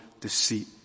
deceit